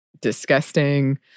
disgusting